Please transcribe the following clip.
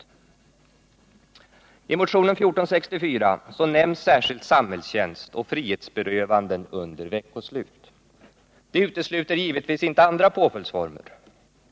I motionen 1977/78:1464 nämns särskilt samhällstjänst och frihetsberövanden under veckoslut. Det utesluter givetvis inte andra påföljdsformer.